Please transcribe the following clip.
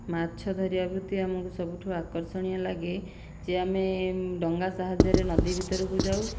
ମାଛ ଧରିବା ବୃତ୍ତି ଆମକୁୁ ସବୁଠାରୁ ଆକର୍ଷଣୀୟ ଲାଗେ ଯେ ଆମେ ଡଙ୍ଗା ସାହାଯ୍ୟରେ ନଦୀ ଭିତରକୁ ଯାଉ